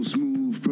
Smooth